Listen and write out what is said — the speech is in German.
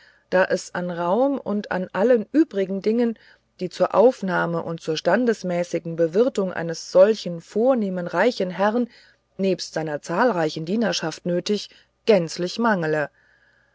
da es an raum und an allen übrigen dingen die zur aufnahme und zur standesmäßigen bewirtung eines solchen vornehmen reichen herrn nebst seiner zahlreichen dienerschaft nötig gänzlich mangle